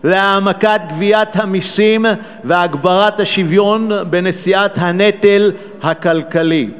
להעמקת גביית המסים והגברת השוויון בנשיאה בנטל הכלכלי.